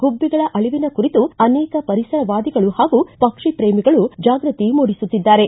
ಗುಬ್ಬಿಗಳ ಅಳವಿನ ಕುರಿತು ಅನೇಕ ಪರಿಸರವಾದಿಗಳು ಹಾಗೂ ಪಕ್ಷಿ ಶ್ರೇಮಿಗಳು ಜಾಗೃತಿ ಮೂಡಿಸುತ್ತಿದ್ದಾರೆ